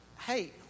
hey